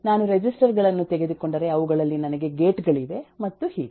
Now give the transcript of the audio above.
ನಾನು ರೆಜಿಸ್ಟರ್ ಗಳನ್ನು ತೆಗೆದುಕೊಂಡರೆ ಅವುಗಳಲ್ಲಿ ನನಗೆ ಗೇಟ್ ಗಳಿವೆ ಮತ್ತು ಹೀಗೆ